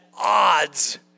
odds